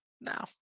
No